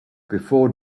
before